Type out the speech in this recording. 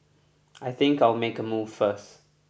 I think I'll make a move first